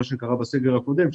מה שקרה בסגר הקודם,